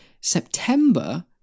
September